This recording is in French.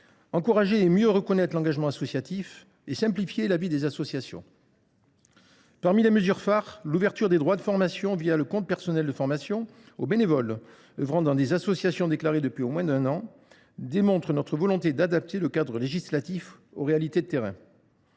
encourager et mieux reconnaître l’engagement associatif, et simplifier la vie des associations. Parmi les mesures phares, l’ouverture des droits de formation, le compte personnel de formation, aux bénévoles œuvrant dans des associations déclarées depuis au moins un an démontre notre volonté d’adapter le cadre législatif aux réalités de terrain.